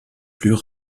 plus